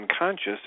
unconscious